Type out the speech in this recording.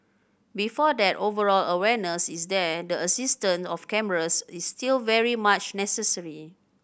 before that overall awareness is there and the existence of cameras is still very much necessary